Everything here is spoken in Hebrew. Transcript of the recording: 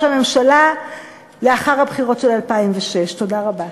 הממשלה לאחר הבחירות של 2006. תודה רבה.